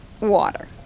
water